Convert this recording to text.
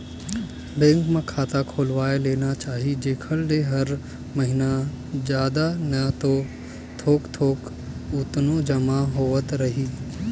bank म खाता खोलवा लेना चाही जेखर ले हर महिना जादा नइ ता थोक थोक तउनो जमा होवत रइही